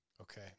Okay